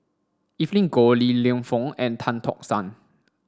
Evelyn Goh Li Lienfung and Tan Tock San